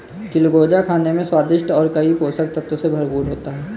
चिलगोजा खाने में स्वादिष्ट और कई पोषक तत्व से भरपूर होता है